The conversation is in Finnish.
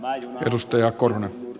arvoisa herra puhemies